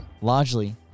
Largely